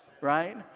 right